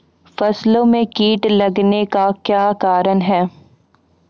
फसलो मे कीट लगने का क्या कारण है?